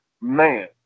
man